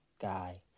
guy